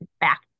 back